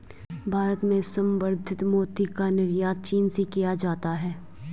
भारत में संवर्धित मोती का निर्यात चीन से किया जाता है